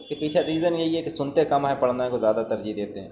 اس کے پیچھے ریزن یہی ہے کہ سنتے کم ہیں پڑھنے کو زیادہ ترجیح دیتے ہیں